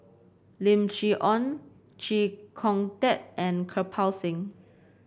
Lim Chee Onn Chee Kong Tet and Kirpal Singh